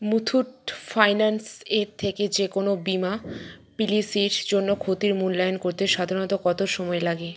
Muthoot finance এর থেকে যে কোনও বিমা পলিসির জন্য ক্ষতির মূল্যায়ন করতে সাধারণত কত সময় লাগে